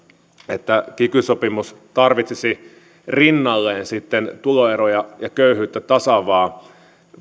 että kiky sopimus tarvitsisi rinnalleen sitten tuloeroja ja köyhyyttä tasaavaa